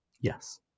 yes